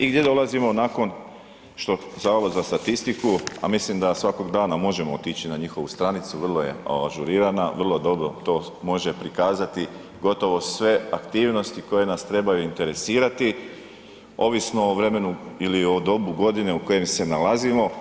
I gdje dolazimo nakon što Zavod za statistiku, a mislim da svakog dana možemo otići na njihovu stranicu, vrlo je ažurirana, vrlo dobro to može prikazati gotovo sve aktivnosti koje nas trebaju interesirati ovisno o vremenu ili o dobu godine u kojem se nalazimo.